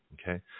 okay